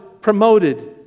promoted